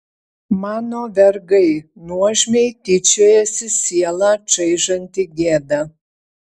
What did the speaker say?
mano vergai nuožmiai tyčiojasi sielą čaižanti gėda